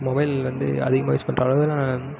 mobile வந்து அதிகமாக use பண்றதுனாலதான்